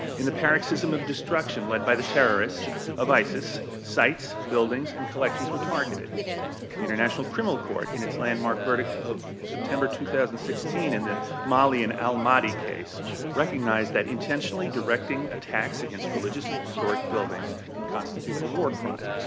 in the paroxysm of destruction led by the terrorists of isis sites, buildings, and collections were targeted. the international criminal court in its landmark verdict of september two thousand and sixteen in the malian al mahdi case recognized that intentionally directing attacks against religious and historic buildings can constitute a war crime.